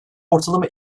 ortalama